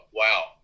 wow